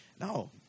No